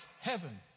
heaven